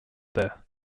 there